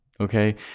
okay